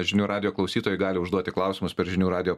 žinių radijo klausytojai gali užduoti klausimus per žinių radijo